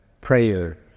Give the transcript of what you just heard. prayer